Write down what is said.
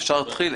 אפשר להתחיל,